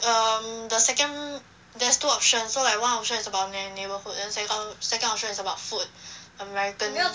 um the second there's two options so like one option is about neigh~ neighbourhood than second option is about food american